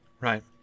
right